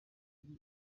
ubu